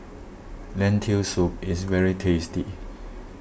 Lentil Soup is very tasty